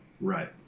right